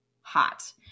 hot